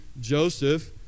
Joseph